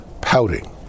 pouting